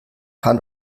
hand